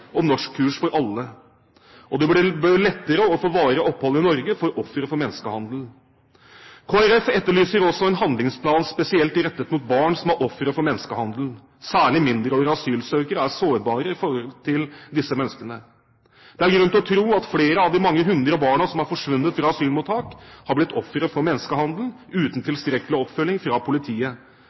for alle, og det bør bli lettere å få varig opphold i Norge for ofre for menneskehandel. Kristelig Folkeparti etterlyser også en handlingsplan spesielt rettet mot barn som er ofre for menneskehandel. Særlig mindreårige asylsøkere er sårbare i forhold til disse menneskene. Det er grunn til å tro at flere av de mange hundre barna som har forsvunnet fra asylmottak, har blitt ofre for menneskehandel, uten tilstrekkelig oppfølging fra politiet.